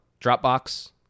dropbox